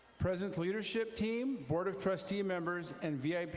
president's leadership team, board of trustee members and vips,